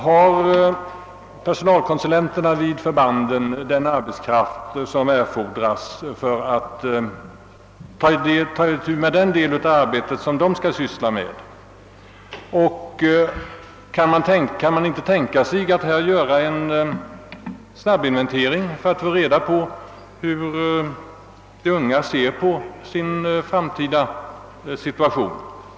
Har personalkonsulenterna vid förbanden den arbetskraft, som erfordras för att ta itu med den del av arbetet som de skall ta hand om? Kan man inte tänka sig att på detta område göra en snabbinventering för att få reda på hur de unga ser på sin framtida situation?